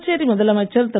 புதுச்சேரி முதலமைச்சர் திரு